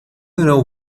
know